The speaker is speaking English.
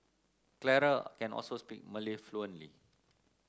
Clara can also speak Malay fluently